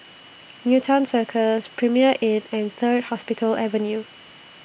Newton Cirus Premier Inn and Third Hospital Avenue